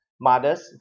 mothers